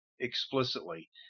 explicitly